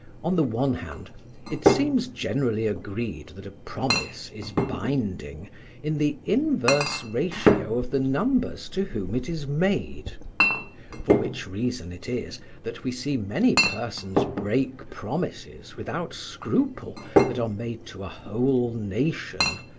on the one hand it seems generally agreed that a promise is binding in the inverse ratio of the numbers to whom it is made for which reason it is that we see many persons break promises without scruple that are made to a whole nation,